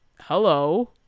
hello